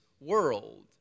world